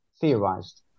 theorized